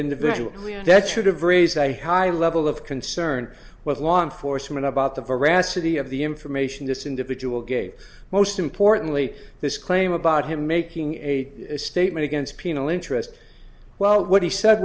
individual that should have raised a high level of concern with law enforcement about the veracity of the information this individual gave most importantly this claim about him making a statement against penal interest well what he said